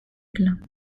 glun